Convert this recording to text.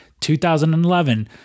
2011